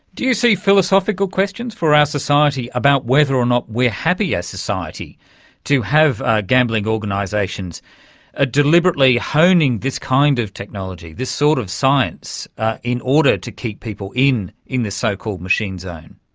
do you see philosophical questions for our society about whether or not we are happy as a society to have ah gambling organisations ah deliberately honing this kind of technology, this sort of science in order to keep people in in this so-called machine zone?